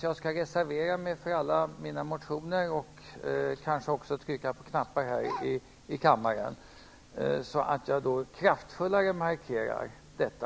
Jag skall reservera mig för alla mina motioner och kanske också trycka på knappar här i kammaren så att jag kraftfullare markerar detta.